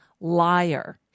liar